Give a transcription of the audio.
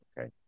Okay